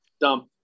Dumb